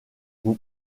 vous